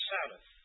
Sabbath